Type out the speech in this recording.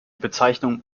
bezeichnung